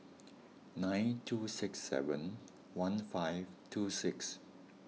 nine two six seven one five two six